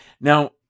Now